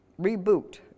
reboot